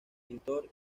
pintor